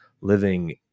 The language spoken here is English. living